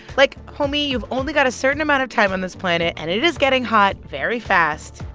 like, homie, you've only got a certain amount of time on this planet, and it is getting hot very fast.